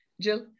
Jill